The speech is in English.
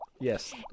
yes